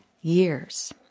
years